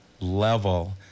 level